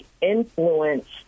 influence